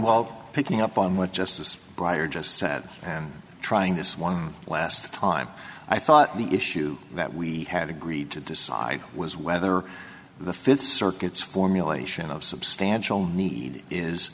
while picking up on what justice breyer just said and trying this one last time i thought the issue that we had agreed to decide was whether the fifth circuit's formulation of substantial need is